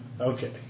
Okay